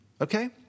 Okay